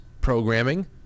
programming